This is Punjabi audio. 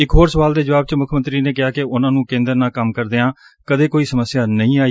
ਇਕ ਹੋਰ ਸਵਾਲ ਦੇ ਜਵਾਬ ਚ ਮੁੱਖ ਮੰਤਰੀ ਨੇ ਕਿਹਾ ਕਿ ਉਨਾਂ ਨੂੰ ਕੇ ਂਦਰ ਨਾਲ ਕੰਮ ਕਰਦਿਆਂ ਕਦੇ ਕੋਈ ਸਮੱਸਿਆ ਨਹੀਂ ਆਈ